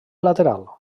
lateral